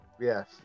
Yes